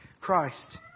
Christ